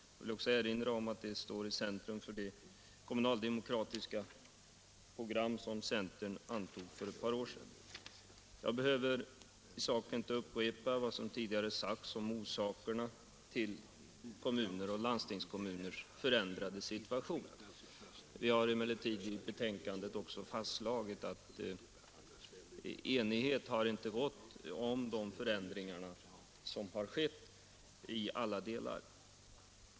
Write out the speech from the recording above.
Jag vill också erinra om att de frågorna står i centrum i det kommunaldemokratiska program som centern antog för ett par år sedan. Jag behöver inte i sak upprepa vad som tidigare sagts om orsakerna till kommuners och landstingskommuners förändrade situation. Vi har emellertid i betänkandet också fastslagit att enighet inte har rått i alla delar om de förändringar som har skett.